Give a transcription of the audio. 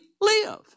live